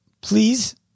please